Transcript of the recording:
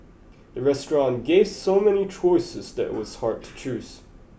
the restaurant gave so many choices that was hard to choose